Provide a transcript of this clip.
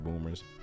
boomers